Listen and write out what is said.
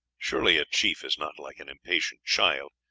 surely a chief is not like an impatient child,